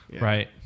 Right